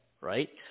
Right